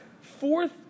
fourth